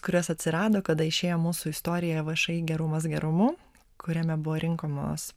kurias atsirado kada išėjo mūsų istorija vši gerumas gerumu kuriame buvo rinkamos